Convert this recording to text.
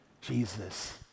Jesus